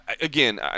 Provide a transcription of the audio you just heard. again